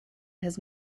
his